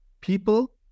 people